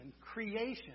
creation